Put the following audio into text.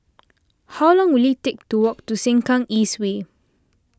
how long will it take to walk to Sengkang East Way